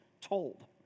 told